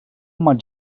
maig